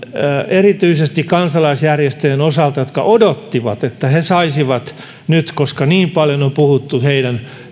erityisesti kansalaisjärjestöjen osalta jotka odottivat että he olisivat saaneet nyt tässä koska niin paljon on puhuttu heidän